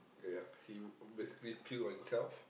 yeah he basically puke on himself